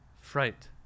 fright